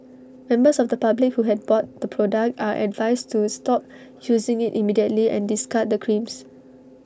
members of the public who have bought the product are advised to stop using IT immediately and discard the creams